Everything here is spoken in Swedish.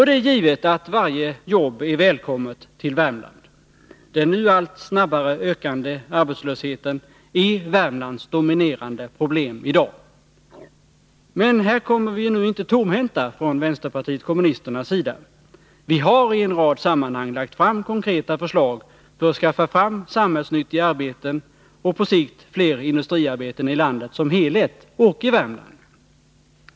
Det är givet att varje jobb är välkommet till Värmland. Den nu allt snabbare ökande arbetslösheten är Värmlands dominerande problem i dag. Men på det området kommer vi ju inte tomhänta från vänsterpartiet kommunisternas sida. Vi har i en rad sammanhang lagt fram konkreta förslag för att skaffa fram samhällsnyttiga arbeten och på sikt fler industriarbeten i landet som helhet och i Värmland.